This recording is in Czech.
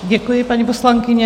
Děkuji, paní poslankyně.